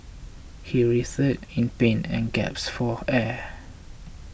he writhed in pain and gasped for air